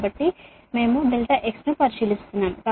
కాబట్టి మేము ∆x ను పరిశీలిస్తున్నాము